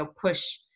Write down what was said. push